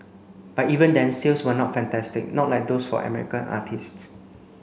but even then sales were not fantastic not like those for American artistes